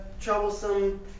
troublesome